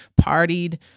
partied